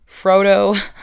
Frodo